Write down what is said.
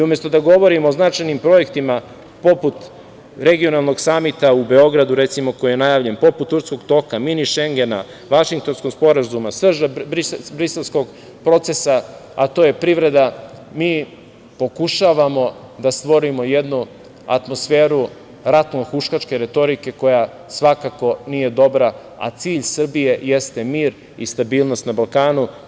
Umesto da govorimo o značajnim projektima, poput regionalnog samita u Beogradu, recimo, koji je najavljen, poput „Turskog toka“, „mini Šengena“, Vašingtonskog sporazuma, svežeg Briselskog procesa, a to je privreda, mi pokušavamo da stvorimo jednu atmosferu ratno-huškačke retorike koja svakako nije dobra, a cilj Srbije jeste mir i stabilnost na Balkanu.